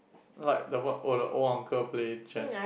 what the what oh the old uncle play chess